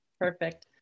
Perfect